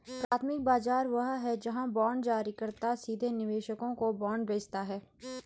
प्राथमिक बाजार वह है जहां बांड जारीकर्ता सीधे निवेशकों को बांड बेचता है